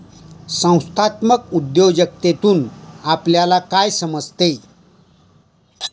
संस्थात्मक उद्योजकतेतून आपल्याला काय समजते?